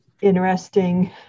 interesting